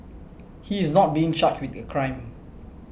he is not being charged with a crime